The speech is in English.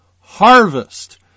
Harvest